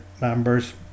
members